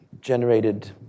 generated